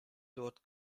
dort